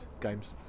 games